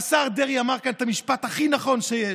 והשר דרעי אמר כאן את המשפט הכי נכון שיש: